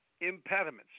impediments